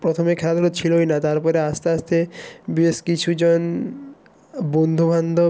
প্রথমে খেলাধুলা ছিলোই না তারপরে আস্তে আস্তে বেশ কিছুজন বন্ধু বান্ধব